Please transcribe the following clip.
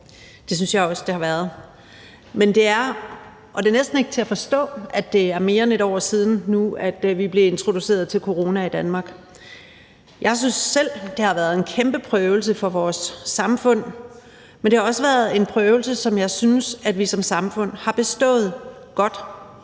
Det synes jeg også det har været. Og det er næsten ikke til at forstå, at det nu er mere end et år siden, vi blev introduceret til corona i Danmark. Jeg synes selv, det har været en kæmpe prøvelse for vores samfund, men det har også været en prøvelse, som jeg synes vi som samfund har bestået godt,